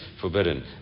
forbidden